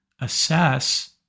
assess